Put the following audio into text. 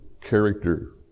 character